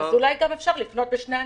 אז אולי אפשר לפנות לשני הנציגים.